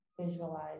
visualize